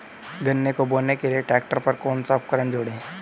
गन्ने को बोने के लिये ट्रैक्टर पर कौन सा उपकरण जोड़ें?